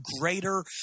greater